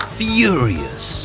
furious